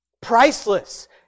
priceless